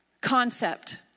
concept